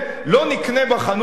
לא נקנה בחנות שלו,